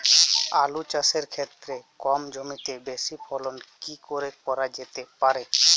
আলু চাষের ক্ষেত্রে কম জমিতে বেশি ফলন কি করে করা যেতে পারে?